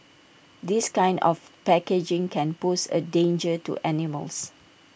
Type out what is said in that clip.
this kind of packaging can pose A danger to animals